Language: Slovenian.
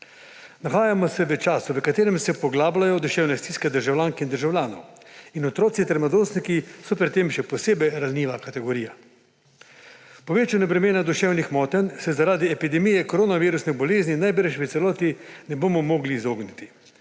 Nahajamo se v času, v katerem se poglabljajo duševne stiske državljank in državljanov in otroci ter mladostniki so pri tem še posebej ranljiva kategorija. Povečanju bremena duševnih motenj se zaradi epidemije koronavirusne bolezni najbrž v celoti ne bomo mogli izogniti,